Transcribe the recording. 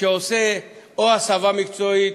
שעושה הסבה מקצועית,